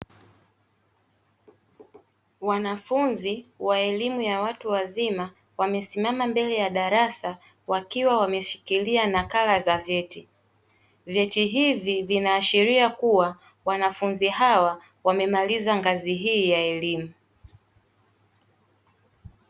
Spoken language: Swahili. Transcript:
Wanafunzi wa elimu ya watu wazima wamesimama mbele ya darasa wakiwa wameshikilia nakala za vyeti. vyeti hivi vinaashiria kuwa wanafunzi hawa wamemaliza ngazi hii ya elimu.